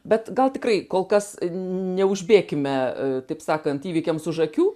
bet gal tikrai kol kas neužbėkime taip sakant įvykiams už akių